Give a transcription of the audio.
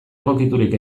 egokiturik